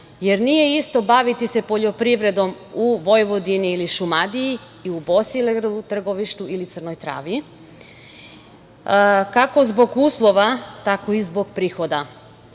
jer nije isto baviti se poljoprivredom u Vojvodini ili Šumadiji i u Bosilegradu, Trgovištu ili Crnoj Travi kako zbog uslova, tako i zbog prihoda. Baviti